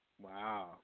Wow